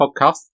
Podcast